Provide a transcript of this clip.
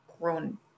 grown